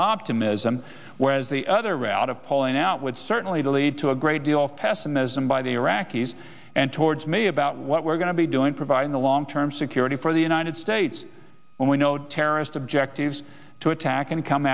optimism whereas the other route of pulling out would certainly lead to a great deal of pessimism by the iraqis and towards me about what we're going to be doing provide in the long term security for the united states when we know terrorist objectives to attack and come